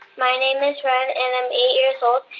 my name is ren, and i'm eight years old.